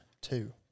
two